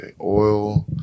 Oil